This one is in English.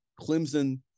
Clemson